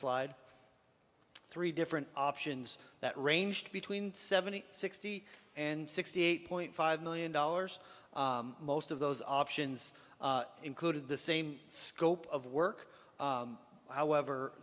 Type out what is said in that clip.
slide three different options that range between seventy sixty and sixty eight point five million dollars most of those options included the same scope of work however